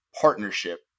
partnership